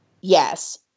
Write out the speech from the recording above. Yes